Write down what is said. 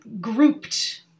grouped